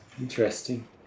Interesting